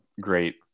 great